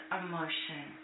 emotion